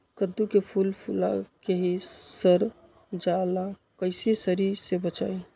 कददु के फूल फुला के ही सर जाला कइसे सरी से बचाई?